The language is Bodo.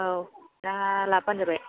औ दा लाबोबानो जाबाय